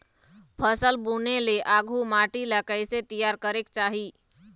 फसल बुने ले आघु माटी ला कइसे तियार करेक चाही?